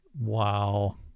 wow